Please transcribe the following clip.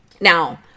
Now